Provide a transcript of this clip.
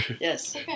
Yes